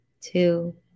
two